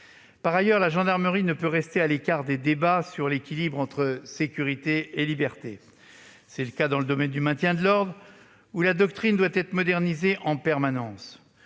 Par ailleurs, la gendarmerie ne peut rester à l'écart des débats sur l'équilibre nécessaire entre sécurités et libertés. Ainsi, dans le domaine du maintien de l'ordre, la doctrine doit être modernisée en permanence.